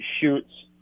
shoots